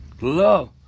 love